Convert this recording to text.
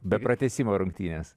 be pratęsimo rungtynės